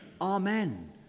amen